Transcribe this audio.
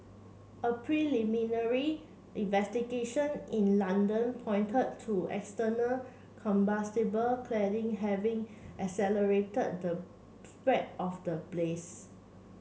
a preliminary investigation in London pointed to the external combustible cladding having accelerated the spread of the blaze